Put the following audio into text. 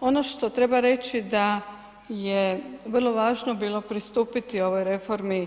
Ono što treba reći da je vrlo važno bilo pristupiti ovoj reformi